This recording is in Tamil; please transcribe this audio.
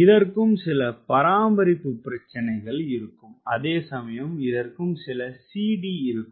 இதற்கும் சில பராமரிப்பு பிரச்சனைகள் இருக்கும் அதே சமயம் இதற்கும் சில cd இருக்கும்